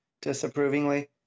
disapprovingly